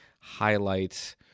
highlights